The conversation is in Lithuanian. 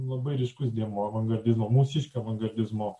labai ryškus dėmuo avangardizmo mūsiškio avangardizmo